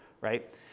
right